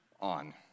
on